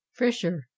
Frisher